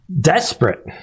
desperate